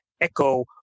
echo